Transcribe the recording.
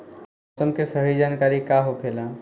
मौसम के सही जानकारी का होखेला?